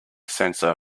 sensor